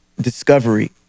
discovery